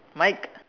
Mike